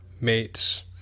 mates